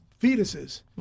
fetuses